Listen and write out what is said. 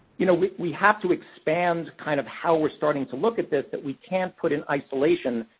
you know, we have to expand kind of how we're starting to look at this, that we can't put in isolation,